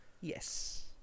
yes